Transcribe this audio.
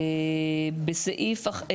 בסעיף (1),